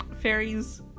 Fairies